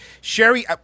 Sherry